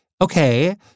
okay